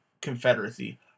Confederacy